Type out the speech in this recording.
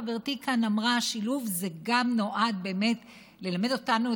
חברתי כאן אמרה ששילוב זה גם נועד באמת ללמד אותנו,